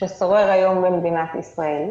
ששורר היום במדינת ישראל,